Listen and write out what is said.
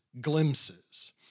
glimpses